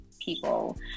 people